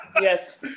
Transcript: Yes